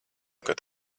kad